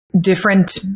Different